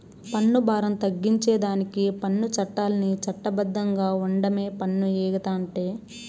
పన్ను బారం తగ్గించేదానికి పన్ను చట్టాల్ని చట్ట బద్ధంగా ఓండమే పన్ను ఎగేతంటే